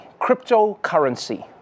Cryptocurrency